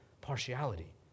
partiality